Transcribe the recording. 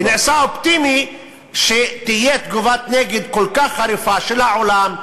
ונעשה אופטימי כשתהיה תגובת נגד כל כך חריפה של העולם,